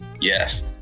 Yes